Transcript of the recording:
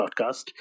podcast